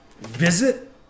Visit